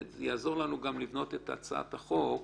כדי שזה יעזור לנו לבנות את הצעת החוק.